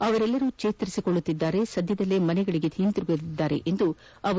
ಅವರೆಲ್ಲರೂ ಚೇತರಿಸಿಕೊಳ್ಳುತ್ತಿದ್ದು ಸದ್ಯದಲ್ಲೇ ಮನೆಗಳಿಗೆ ಹಿಂದಿರುಗಲಿದ್ದಾರೆ ಎಂದರು